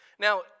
Now